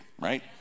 right